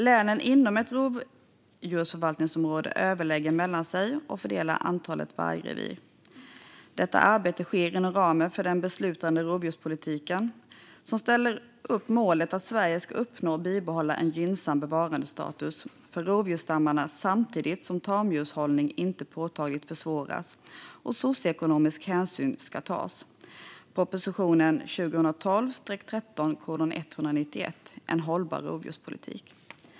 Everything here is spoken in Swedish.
Länen inom ett rovdjursförvaltningsområde överlägger mellan sig och fördelar antalet vargrevir. Detta arbete sker inom ramen för den beslutade rovdjurspolitiken som ställer upp målet att Sverige ska uppnå och bibehålla en gynnsam bevarandestatus för rovdjursstammarna samtidigt som tamdjurshållning inte påtagligt försvåras och socioekonomisk hänsyn ska tas .